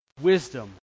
wisdom